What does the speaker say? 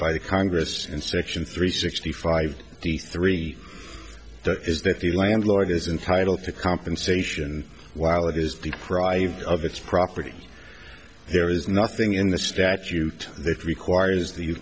by the congress in section three sixty five the three is that the landlord is entitle to compensation while it is deprived of its property there is nothing in the statute that requires the